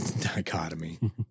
dichotomy